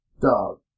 Dog